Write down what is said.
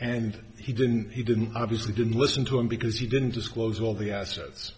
and he didn't he didn't obviously didn't listen to him because he didn't disclose all the assets